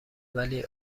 ولی